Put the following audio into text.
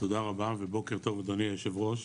תודה רבה, ובוקר טוב אדוני היו"ר.